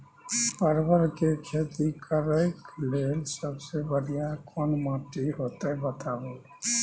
परवल के खेती करेक लैल सबसे बढ़िया कोन माटी होते बताबू?